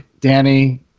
Danny